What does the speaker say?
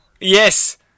Yes